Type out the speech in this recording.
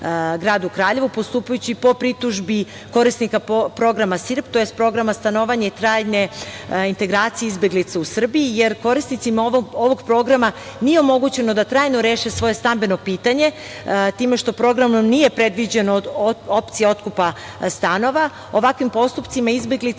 gradu Kraljevu postupajući po pritužbi korisnika Programa SIRP tj. Programa stanovanja i trajne integracije izbeglica u Srbiji, jer korisnicima ovog programa nije omogućeno da trajno reše svoje stambeno pitanje time što programom nije predviđena opcija otkupa stanova. Ovakvim postupcima izbeglice